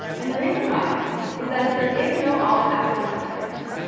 and the reason why is that if there is no alt attribute on an image,